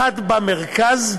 אחד במרכז,